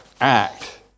act